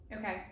Okay